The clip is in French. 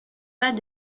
pas